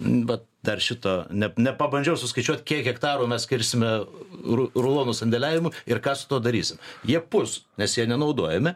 bet dar šito ne nepabandžiau suskaičiuot kiek hektarų mes skirsime ru rulonų sandėliavimui ir ką su tuo darysim jie pus nes jie nenaudojami